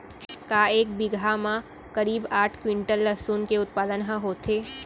का एक बीघा म करीब आठ क्विंटल लहसुन के उत्पादन ह होथे?